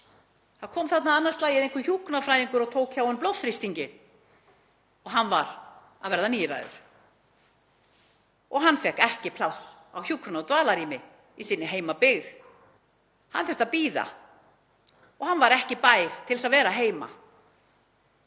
Það kom þarna annað slagið einhver hjúkrunarfræðingur og tók hjá honum blóðþrýstinginn og hann var að verða níræður og fékk ekki pláss á hjúkrunar- og dvalarrými í sinni heimabyggð. Hann þurfti að bíða og hann var ekki bær til að vera heima.